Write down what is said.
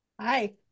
Hi